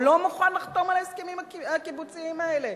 הוא לא מוכן לחתום על ההסכמים הקיבוציים האלה,